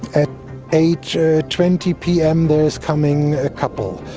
at eight twenty pm, there's coming a couple.